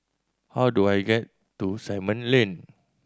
how do I get to Simon Lane